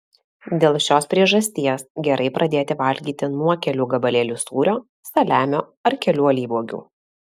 dėl šios priežasties gerai pradėti valgyti nuo kelių gabalėlių sūrio saliamio ar kelių alyvuogių